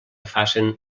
facen